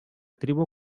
tribu